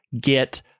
get